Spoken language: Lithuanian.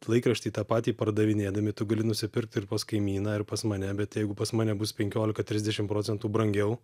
laikraštį tą patį pardavinėdami tu gali nusipirkt ir pas kaimyną ir pas mane bet jeigu pas mane bus penkiolika trisdešim procentų brangiau